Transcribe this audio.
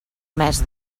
mes